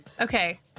Okay